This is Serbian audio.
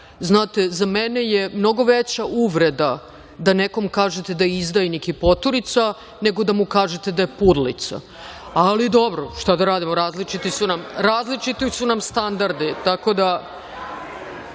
za mene je mnogo veća uvreda da nekom kažete da je izdajnik i poturica, nego da mu kažete da je pudlica, ali dobro. Šta da radimo, različiti su nam standardi. Hoćete da